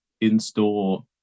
in-store